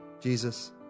Jesus